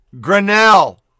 Grinnell